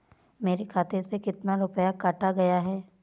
मेरे खाते से कितना रुपया काटा गया है?